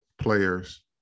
players